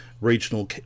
regional